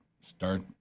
start